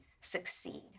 succeed